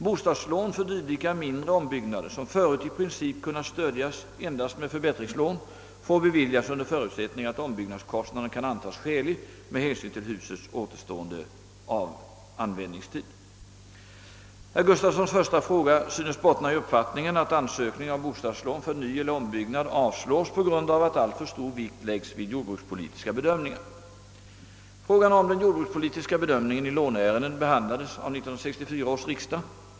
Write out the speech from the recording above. Bostadslån för dylika olika mindre ombyggnader, som förut i princip kunnat stödjas endast med förbättringslån, får beviljas under förutsättning att ombyggnadskostnaden kan anses skälig med hänsyn till husets återstående användningstid. Herr Gustavssons första fråga synes bottna i uppfattningen att ansökningar om bostadslån för nyeller ombyggnad avslås på grund av att alltför stor vikt läggs vid jordbrukspolitiska bedömningar. Frågan om den jordbrukspolitiska bedömningen i låneärenden behandlades av 1964 års riksdag.